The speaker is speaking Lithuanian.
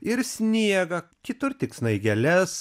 ir sniegą kitur tik snaigeles